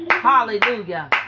hallelujah